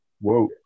Whoa